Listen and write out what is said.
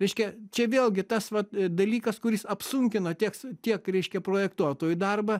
reiškia čia vėlgi tas vat dalykas kuris apsunkina tieks tiek reiškia projektuotojų darbą